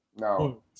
No